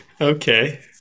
Okay